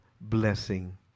blessing